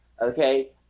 Okay